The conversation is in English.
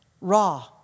raw